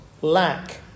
lack